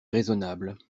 raisonnable